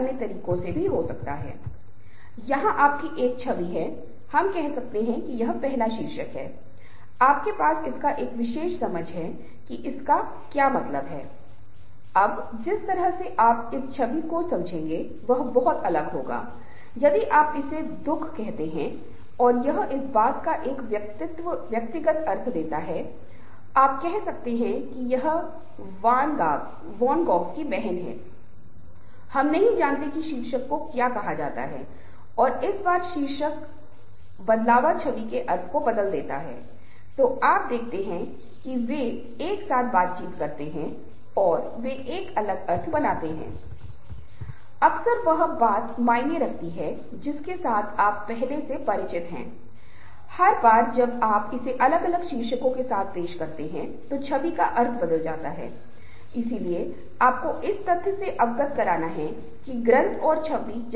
अब यह वह चरण है जहाँ उन्हें प्रदर्शन करना है और प्रदर्शन के लिए उन्हें कड़ी मेहनत करनी होगी उन्हें अपने प्रयासों में ईमानदारी बरतनी होगी और वे एक दूसरे की मदद करने की कोशिश करेंगे साथ आएंगे और प्रदर्शन करेंगे क्योंकि केवल कहने और चर्चा करने के लिए ये चीजें बहुत महत्वपूर्ण हैं लेकिन समूह का अंतिम उद्देश्य यह है कि वे कैसे प्रदर्शन करने जा रहे हैं क्योंकि इस पर सब कुछ निर्भर करेगा समूह की सफलता पर अंततः निर्भर करेगी कि वे कैसे प्रदर्शन करते हैं यदि वे अच्छा प्रदर्शन कर रहे हैं यदि प्रदर्शन काफी प्रभावी है तो समूह सफल है